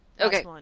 Okay